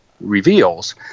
reveals